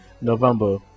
November